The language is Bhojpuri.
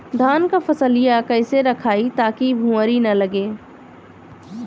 धान क फसलिया कईसे रखाई ताकि भुवरी न लगे?